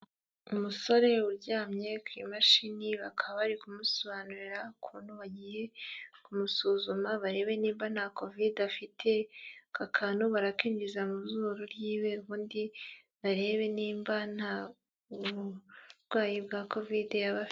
Umusore uryamye ku imashini, bakaba bari kumusobanurira ukuntu bagiye kumusuzuma barebe niba nta covid afite. Aka kantu barakinjiza mu zuru ryiwe, undi barebe nimba nta burwayi bwa covid ya afite.